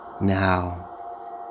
now